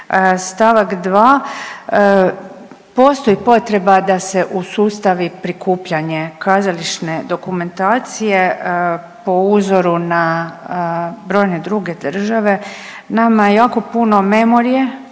stavak 2., postoji potreba da se usustavi prikupljanje kazališne dokumentacije po uzoru na brojne druge države. Nama je jako puno memorije